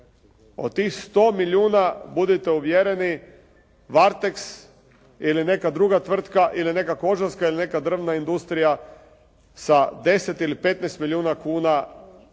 Od tih 100 milijuna budite uvjereni Varteks ili neka druga tvrtka ili neka kožarska ili neka drvna industrija sa 10 ili 15 milijuna kuna bitno,